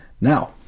Now